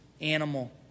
animal